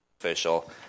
official